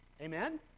Amen